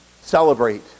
celebrate